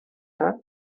her